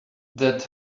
that